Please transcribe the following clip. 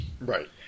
Right